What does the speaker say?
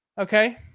Okay